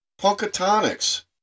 punkatonic's